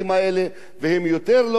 והם יותר לא יאמינו לו.